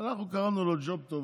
אנחנו קראנו לו ג'וב טוב,